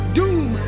doom